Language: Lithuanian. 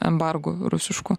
embargo rusiškų